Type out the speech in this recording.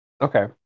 Okay